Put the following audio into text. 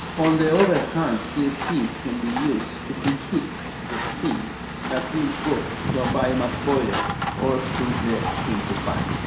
on the other hand, csp can be used to pre-heat the steam that will go to a um biomass boiler or to the steam turbine.